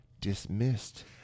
dismissed